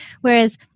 Whereas